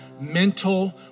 mental